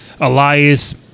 Elias